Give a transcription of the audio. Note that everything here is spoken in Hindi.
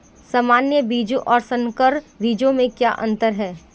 सामान्य बीजों और संकर बीजों में क्या अंतर है?